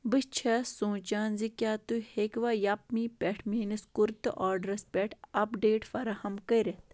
بہٕ چھس سونٛچان ز کیٛاہ تُہۍ ہیٚکوا یپمی پٮ۪ٹھ میٛٲنس کُرتہٕ آرڈرس پٮ۪ٹھ اپڈیٹ فراہم کٔرتھ